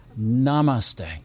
Namaste